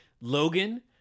Logan